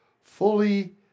fully